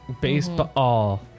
Baseball